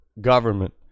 government